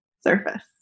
surface